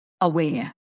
aware